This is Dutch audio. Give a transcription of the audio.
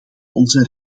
onze